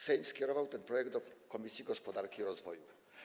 Sejm skierował ten projekt do Komisji Gospodarki i Rozwoju.